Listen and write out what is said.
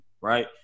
right